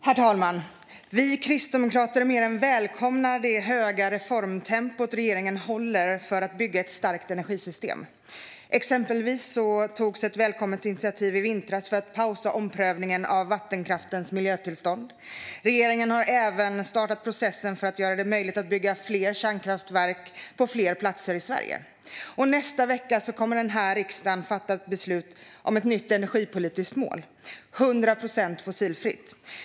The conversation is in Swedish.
Herr talman! Vi kristdemokrater mer än välkomnar det höga reformtempo som regeringen håller för att bygga ett starkt energisystem. Exempelvis togs i vintras ett välkommet initiativ för att pausa omprövningen av vattenkraftens miljötillstånd. Regeringen har även startat processen för att göra det möjligt att bygga fler kärnkraftverk på fler platser i Sverige. Och nästa vecka kommer riksdagen att fatta beslut om ett nytt energipolitiskt mål: 100 procent fossilfritt.